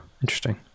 Interesting